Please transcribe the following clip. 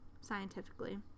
scientifically